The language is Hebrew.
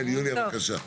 טוב.